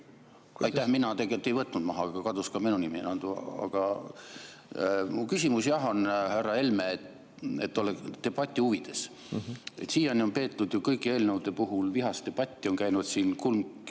Aitäh! Mina tegelikult ei võtnud maha, aga kadus ka minu nimi. Aga mu küsimus jah on, härra Helme, debati huvides. Siiani on peetud ju kõigi eelnõude puhul vihast debatti, on käinud siin, kulm